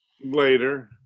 later